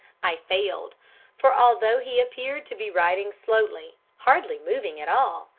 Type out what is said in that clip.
i failed for although he appeared to be riding slowly, hardly moving at all,